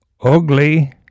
ugly